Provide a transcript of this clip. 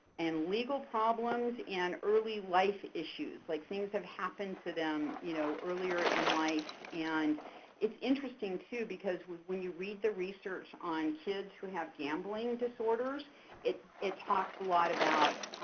and legal problems and early life issues, like things have happened to them you know earlier in life and it's interesting too because when you read the research on kids who have gambling disorders, it talks a lot about